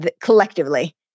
collectively